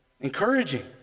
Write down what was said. encouraging